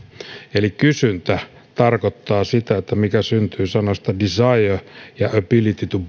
eli kysyntä tarkoittaa sitä mikä syntyy sanoista desire ja ability